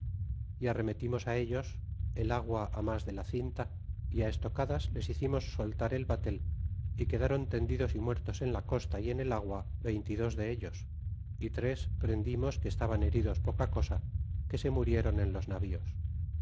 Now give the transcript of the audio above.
y arremetimos ellos el agua mas de la cinta y estocadas les hicimos soltar el batel y quedron tendidos y muertos en la costa y en el agua veinte y dos de ellos y tres prendimos que estaban heridos poca cosa que se murieron en los navíos